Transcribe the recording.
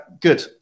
Good